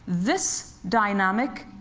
this dynamic